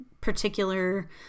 particular